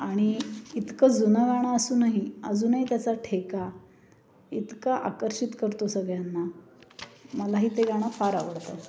आणि इतकं जुनं गाणं असूनही अजूनही त्याचा ठेका इतका आकर्षित करतो सगळ्यांना मलाही ते गाणं फार आवडतं